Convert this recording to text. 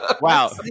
wow